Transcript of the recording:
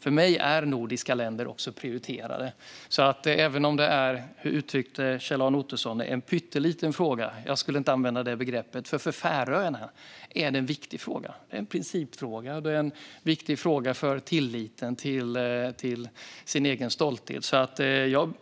För mig är nordiska länder prioriterade. Även om det är en pytteliten fråga, som Kjell-Arne Ottosson uttryckte det, skulle jag inte använda det begreppet. För Färöarna är det en viktig fråga. Det är en principfråga. Det är en viktig fråga för tilliten till sin egen stolthet. Jag